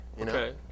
Okay